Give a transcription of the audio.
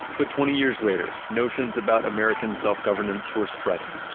but twenty years later, notions about american self-governance were spreading.